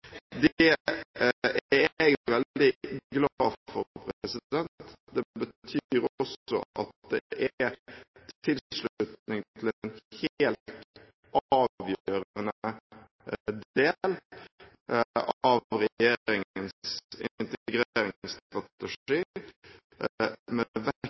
er jeg veldig glad for. Det betyr også at det er tilslutning til en helt avgjørende del av regjeringens integreringsstrategi med vekt på arbeid, språk og likestilling. God norskopplæring og god samfunnsopplæring er helt avgjørende for